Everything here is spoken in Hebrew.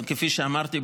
כפי שאמרתי,